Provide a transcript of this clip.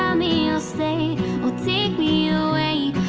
um me you'll stay or take me away